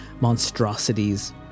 monstrosities